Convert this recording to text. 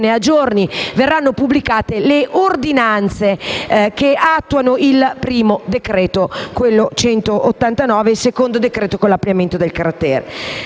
a giorni verranno pubblicate le ordinanze che attuano il primo decreto-legge, il n. 189, e il secondo decreto-legge con l'ampliamento del cratere.